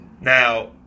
Now